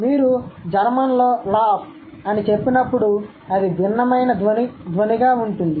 కాబట్టి మీరు జర్మన్లో లాఫ్ అని చెప్పినప్పుడు అది భిన్నమైన ధ్వనిగా ఉంటుంది